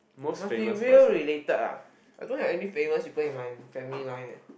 must be real related ah I don't have any famous people in my family line eh